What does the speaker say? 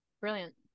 Brilliant